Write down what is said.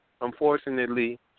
unfortunately